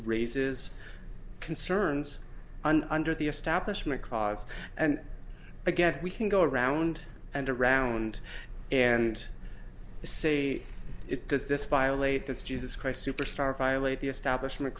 raises concerns and under the establishment clause and again we can go around and around and say it does this violate this jesus christ superstar violate the establishment